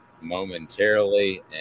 momentarily